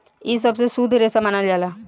इ सबसे शुद्ध रेसा मानल जाला